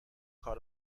کار